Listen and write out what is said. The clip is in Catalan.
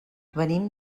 venim